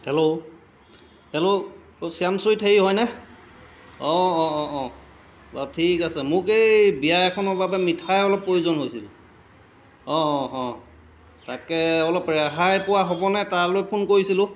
hello hello অ' Shyam sweet হেৰি হয়নে অঁ অঁ অঁ অঁ বাৰু ঠিক আছে মোক এই বিয়া এখনৰ বাবে মিঠাই অলপ প্ৰয়োজন হৈছিল অঁ অঁ অঁ তাকে অলপ ৰেহাই পোৱা হ'বনে তালৈ ফোন কৰিছিলোঁ